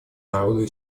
народу